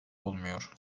olmuyor